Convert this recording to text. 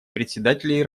председателей